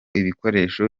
ibikoresho